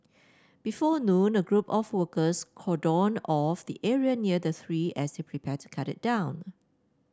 before noon a group of workers cordoned off the area near the tree as they prepared to cut it down